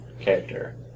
character